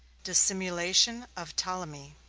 dissimulation of ptolemy